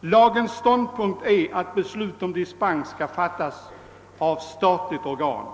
Lagens ståndpunkt är att beslut om dispens skall fattas av statligt organ.